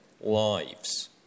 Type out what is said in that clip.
lives